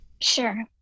Sure